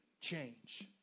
change